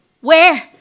Where